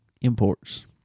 Imports